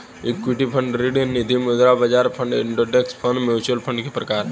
equity fund ऋण निधिमुद्रा बाजार fund index fund mutual fund के प्रकार हैं